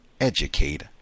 educate